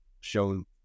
shown